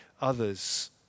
others